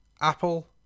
Apple